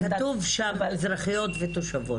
אה כתוב שם אזרחיות ותושבות.